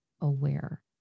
aware